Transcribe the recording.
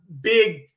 big